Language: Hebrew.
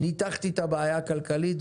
שניתחה את הבעיה הכלכלית,